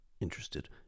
interested